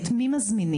את מי מזמינים,